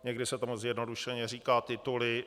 Někdy se tomu zjednodušeně říká tituly.